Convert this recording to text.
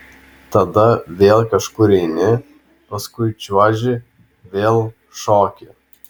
tada vėl kažkur eini paskui čiuoži vėl šoki